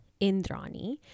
Indrani